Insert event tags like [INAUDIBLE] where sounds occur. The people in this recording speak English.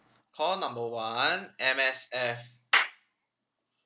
call number one M_S_F [NOISE]